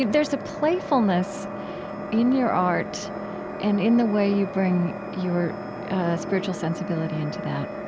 there's a playfulness in your art and in the way you bring your spiritual sensibility into that.